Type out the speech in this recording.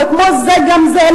אבל כמו זה, גם זה.